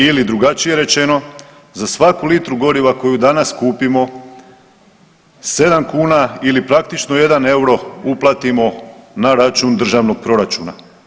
Ili drugačije rečeno, za svaku litru goriva koje danas kupimo 7 kn, ili praktično 1 euro uplatimo na račun Državnog proračuna.